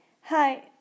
Hi